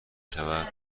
شود